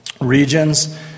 regions